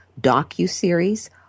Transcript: docu-series